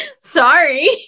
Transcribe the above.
Sorry